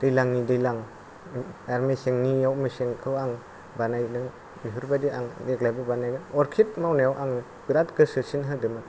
दैलांनि दैलां आरो मेसेंनिआव मेसेंखौ आं बानायदों बेफोरबादि आं देग्लायबो बानायगोन अर्खिड मावनायाव आंङो बेराद गोसोसिन होदोंमोन